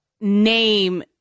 name